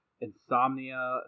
insomnia